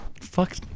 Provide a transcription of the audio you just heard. fuck